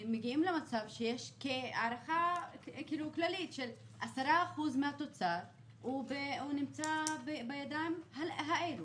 מגיעים למצב שיש הערכה כללית ש-10% מהתוצר נמצא בידיים האלה.